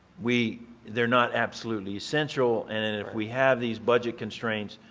we they're not absolutely essential and then if we have these budget constraints,